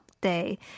day